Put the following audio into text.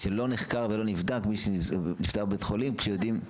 זה לא נחקר ולא נבדק מי שנפטר בבית חולים כשיודעים.